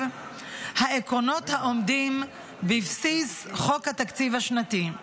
העקרונות העומדים בבסיס חוק התקציב השנתי.